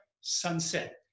sunset